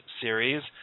series